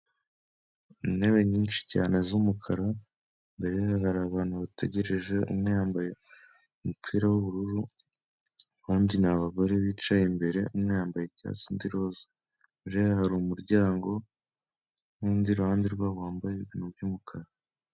Intebe nyinshi cyane zumukara imbere hari abantu bategerejee yambaye umupira wubururu bambyiniye abagore bicaye imbere umwe yambaye icyatsi indi roza re hari umuryango nundi ruhande rwabo wambaye ibintu byumukara.